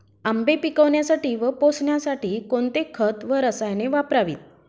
आंबे पिकवण्यासाठी व पोसण्यासाठी कोणते खत व रसायने वापरावीत?